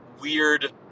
weird